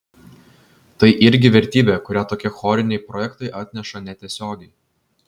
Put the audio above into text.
tai irgi vertybė kurią tokie choriniai projektai atneša netiesiogiai